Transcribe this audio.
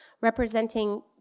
representing